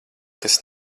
kas